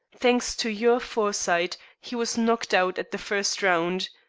thanks to your foresight, he was knocked out at the first round.